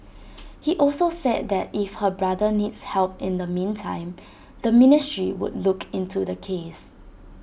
he also said that if her brother needs help in the meantime the ministry would look into the case